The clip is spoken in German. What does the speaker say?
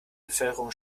bevölkerung